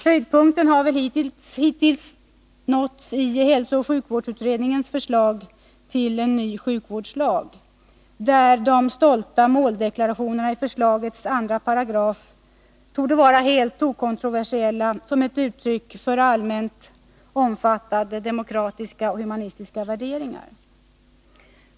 Höjdpunkten har väl hittills nåtts i hälsooch sjukvårdsutredningens förslag till ny sjukvårdslag, där de stolta måldeklarationerna i förslagets 2 § torde vara helt okontroversiella som ett uttryck för allmänt omfattade demokratiska och humanistiska värderingar.